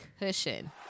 cushion